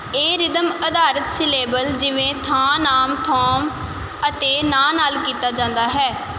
ਇਹ ਰਿਧਮ ਅਧਾਰਤ ਸਿਲੇਬਲ ਜਿਵੇਂ ਥਾਂ ਨਾਮ ਥੌਮ ਅਤੇ ਨਾਂ ਨਾਲ ਕੀਤਾ ਜਾਂਦਾ ਹੈ